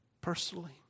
Personally